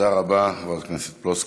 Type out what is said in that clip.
תודה רבה, חברת הכנסת פלוסקוב.